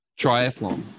triathlon